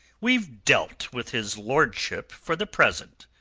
we've dealt with his lordship for the present.